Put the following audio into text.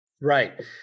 Right